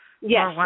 Yes